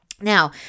Now